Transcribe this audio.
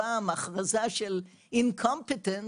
בוקר טוב, אני מתכבד לפתוח את ישיבת הוועדה.